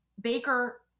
Baker